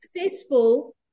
successful